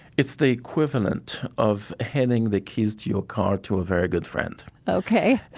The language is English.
it's the equivalent of handing the keys to your car to a very good friend, ok,